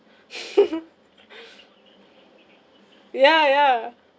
ya ya